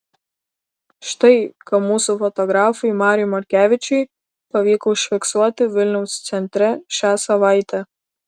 štai ką mūsų fotografui mariui morkevičiui pavyko užfiksuoti vilniaus centre šią savaitę